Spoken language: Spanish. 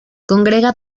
congrega